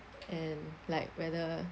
and like whether